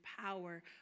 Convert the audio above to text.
power